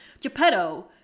Geppetto